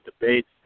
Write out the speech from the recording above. debates